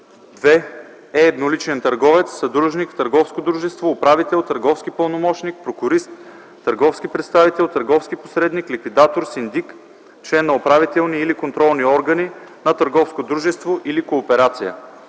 „2. е едноличен търговец, съдружник в търговско дружество, управител, търговски пълномощник, прокурист, търговски представител, търговски посредник, ликвидатор, синдик, член на управителни или контролни органи на търговско